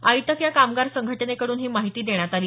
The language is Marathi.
आयटक या कामगार संघटनेकडून ही माहिती देण्यात आली